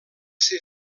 ser